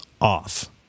off